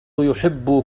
يحب